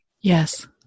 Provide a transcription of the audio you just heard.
Yes